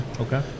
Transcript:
Okay